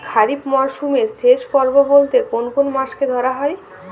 খরিপ মরসুমের শেষ পর্ব বলতে কোন কোন মাস কে ধরা হয়?